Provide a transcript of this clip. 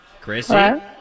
Chrissy